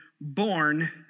born